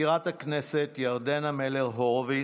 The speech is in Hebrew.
מזכירת הכנסת ירדנה מלר-הורוביץ,